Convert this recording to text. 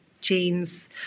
jeans